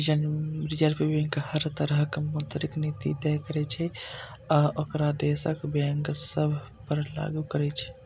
reserve bank हर तरहक मौद्रिक नीति तय करै छै आ ओकरा देशक बैंक सभ पर लागू करै छै